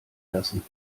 lassen